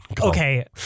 okay